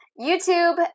YouTube